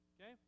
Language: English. Okay